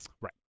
Right